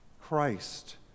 Christ